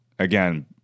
Again